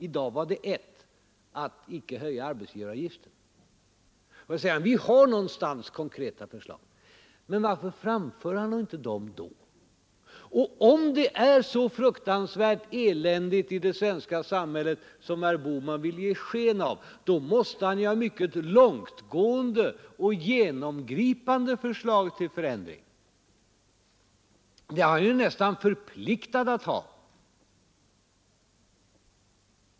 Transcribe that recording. I dag var det ett: att icke höja arbetsgivaravgiften. Och så säger herr Bohman: Vi har någonstans konkreta förslag. Men varför framför då inte herr Bohman dessa? Om det är så fruktansvärt eländigt i det svenska samhället som herr Bohman vill ge sken av måste han ju ha mycket långtgående och genomgripande förslag till förändringar — det är han nästan förpliktad att ha.